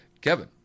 kevin